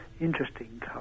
interesting